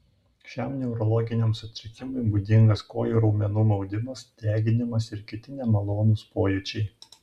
šiam neurologiniam sutrikimui būdingas kojų raumenų maudimas deginimas ir kiti nemalonūs pojūčiai